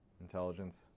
Intelligence